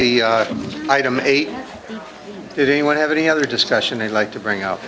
the item eight it anyone have any other discussion they like to bring up